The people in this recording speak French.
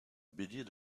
bélier